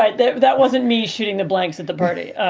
right that that wasn't me shooting the blanks at the party.